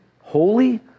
holy